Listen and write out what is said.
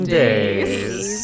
days